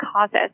causes